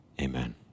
Amen